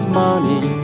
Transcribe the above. money